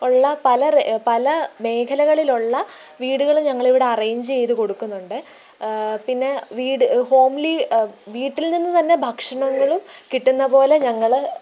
ഉള്ള പലരെ പല മേഖലകളിലുള്ള വീടുകള് ഞങ്ങളിവിടെ അറേയ്ഞ്ചെയ്ത് കൊടുക്കുന്നുണ്ട് പിന്നെ വീട് ഹോംലി വീട്ടിൽ നിന്ന് തന്നെ ഭക്ഷണങ്ങളും കിട്ടുന്ന പോലെ ഞങ്ങള്